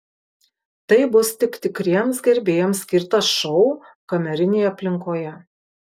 tai bus tik tikriems gerbėjams skirtas šou kamerinėje aplinkoje